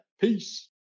Peace